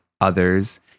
others